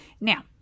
now